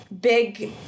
big